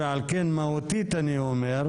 ועל כן מהותית אני אומר,